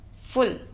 full